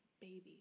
baby